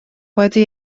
wedi